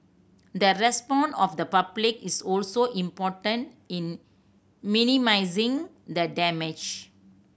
the response of the public is also important in minimising the damage